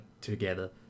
together